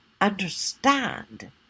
understand